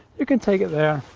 you can take it there.